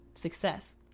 success